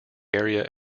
area